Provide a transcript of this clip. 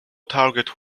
target